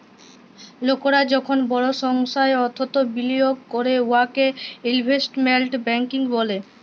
লকরা যখল বড় সংখ্যায় অথ্থ বিলিয়গ ক্যরে উয়াকে ইলভেস্টমেল্ট ব্যাংকিং ব্যলে